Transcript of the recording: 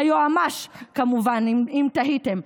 היועמ"ש, כמובן, אם תהיתם.